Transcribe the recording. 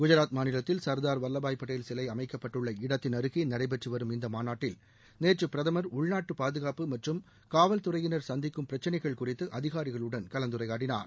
குஜராத் மாநிலத்தில் சர்தார் வல்லபாய் பட்டேல் சிலை அமைக்கப்பட்டுள்ள இடத்தினருகே நடைபெற்றுவரும் இந்த மாநாட்டில் நேற்று பிரதம் உள்நாட்டு பாதுகாப்பு மற்றும் காவல்துறையினா சந்திக்கும் பிரச்சினைகள் குறித்து அதிகாரிகளுடன் கலந்துரையாடினார்